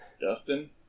Dustin